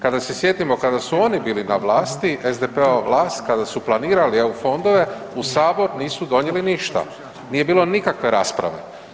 Kada se sjetimo kada su oni bili na vlasti SDP-ova vlast kada su planirali eu fondove u Sabor nisu donijeli ništa, nije bilo nikakve rasprave.